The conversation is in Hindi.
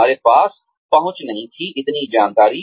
हमारे पास पहुंच नहीं थी इतनी जानकारी